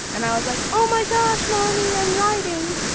and i was like, oh, my gosh, mommy, i'm riding.